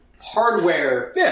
hardware